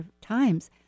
times